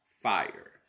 fire